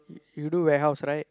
y~ you do warehouse right